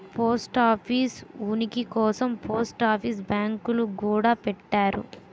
post office ఉనికి కోసం post office బ్యాంకులు గూడా పెట్టారు